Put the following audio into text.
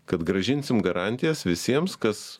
kad grąžinsim garantijas visiems kas